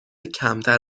کمتر